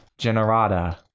generata